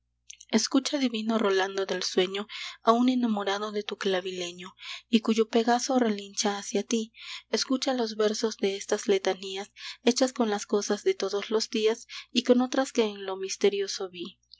escucha divino rolando del sueño a un enamorado de tu clavileño y cuyo pegaso relincha hacia ti escucha los versos de estas letanías hechas con las cosas de todos los días y con otras que en lo misterioso vi